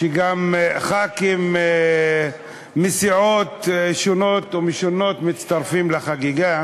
כשגם חברי כנסת מסיעות שונות ומשונות מצטרפים לחגיגה.